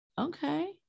Okay